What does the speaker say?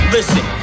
Listen